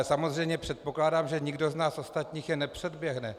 Samozřejmě předpokládám, že nikdo z nás ostatních je nepředběhne.